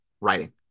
writing